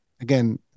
again